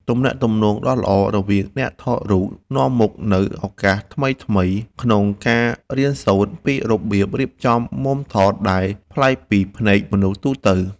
ទំនាក់ទំនងដ៏ល្អរវាងអ្នកថតរូបនាំមកនូវឱកាសថ្មីៗក្នុងការរៀនសូត្រពីរបៀបរៀបចំមុំថតដែលប្លែកពីភ្នែកមនុស្សទូទៅ។